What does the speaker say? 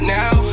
now